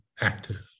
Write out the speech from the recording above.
active